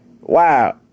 Wow